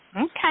Okay